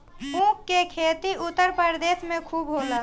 ऊख के खेती उत्तर प्रदेश में खूब होला